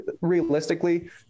realistically